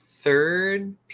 Third